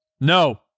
No